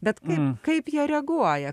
bet kaip kaip jie reaguoja